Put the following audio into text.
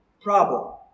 problem